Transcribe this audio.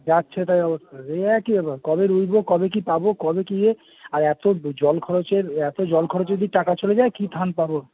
যাচ্ছে তাই অবস্থা এ একই ব্যাপার কবে রুইবো কবে কি পাবো কবে কি ইয়ে আর এত জল খরচের এত জল খরচে যদি টাকা চলে যায় কি ধান পাবো